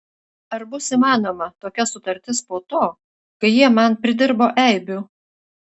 ar bus įmanoma tokia sutartis po to kai jie man pridirbo eibių